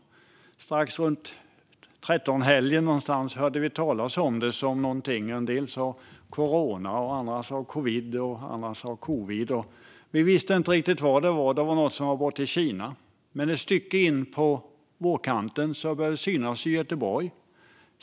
Runt trettonhelgen fick vi höra talas om det. En del sa corona, andra sa covid. Vi visste inte riktigt vad det var. Det var något som var borta i Kina. Men ett stycke in på vårkanten började det synas i Göteborg.